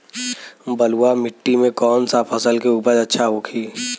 बलुआ मिट्टी में कौन सा फसल के उपज अच्छा होखी?